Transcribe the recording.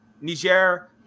Niger